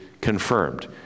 confirmed